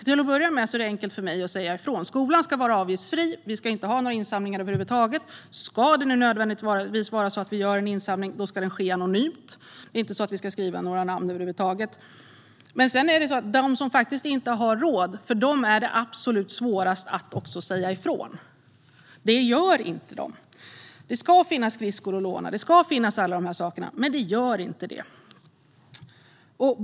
Till att börja med är det enkelt för mig att säga ifrån. Skolan ska vara avgiftsfri - vi ska inte ha några insamlingar över huvud taget. Ska det nödvändigtvis göras en insamling ska det ske anonymt; några namn ska inte skrivas. Men för dem som faktiskt inte har råd är det också absolut svårast att säga ifrån. De gör inte det. Det ska finnas skridskor och alla dessa saker att låna, men det gör det inte.